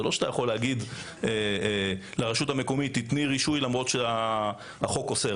זה לא שאתה יכול להגיד לרשות המקומית: תני רישוי למרות שהחוק אוסר.